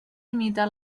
imitar